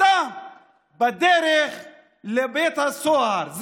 אתה בדרך לבית הסוהר.